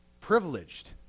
privileged